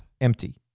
empty